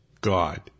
God